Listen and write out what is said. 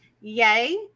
Yay